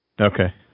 Okay